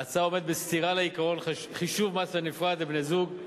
ההצעה עומדת בסתירה לעקרון חישוב מס נפרד לבני-זוג,